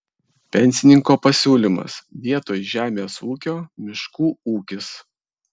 pensininko pasiūlymas vietoj žemės ūkio miškų ūkis